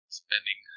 spending